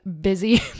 busy